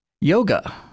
yoga